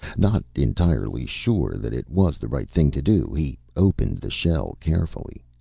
not entirely sure that it was the right thing to do, he opened the shell carefully.